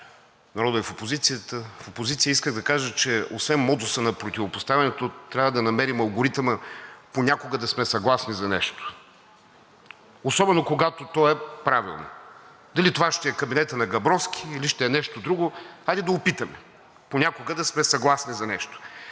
Та в опозиция исках да кажа, че освен модуса на противопоставянето, трябва да намерим алгоритъма понякога да сме съгласни за нещо, особено когато то е правилно. Дали това ще е кабинетът на Габровски или ще е нещо друго, но хайде да опитаме понякога да сме съгласни за нещо.